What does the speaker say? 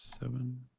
Seven